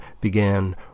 began